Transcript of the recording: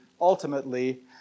ultimately